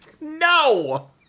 No